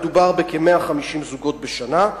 מדובר בכ-150 זוגות בשנה,